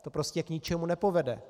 To prostě k ničemu nepovede.